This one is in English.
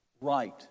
right